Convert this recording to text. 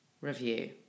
review